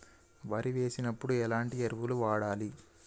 వరి వేసినప్పుడు ఎలాంటి ఎరువులను వాడాలి?